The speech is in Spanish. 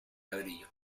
ladrillo